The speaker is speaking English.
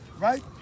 right